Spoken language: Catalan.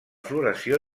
floració